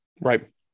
Right